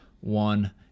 one